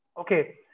okay